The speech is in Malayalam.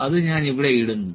അത് ഞാൻ ഇവിടെ ഇടുന്നു